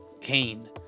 Cain